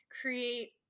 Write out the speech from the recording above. create